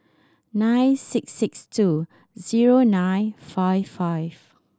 nine six six two zero nine five five